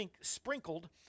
sprinkled